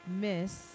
Miss